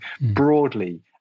broadly